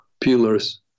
pillars